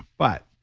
but